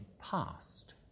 past